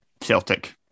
Celtic